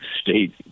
state